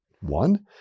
One